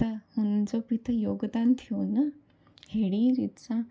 त हुनजो बि त योगदानु थियो न अहिड़ी रीति सांं